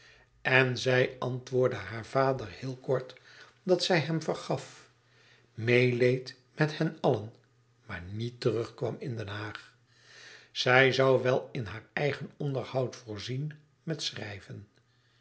en zij antwoordde haar vader heel kort dat zij hem vergaf meêleed met hen allen maar niet terugkwam in den haag zij zoû wel in haar eigen onderhoud voorzien met schrijven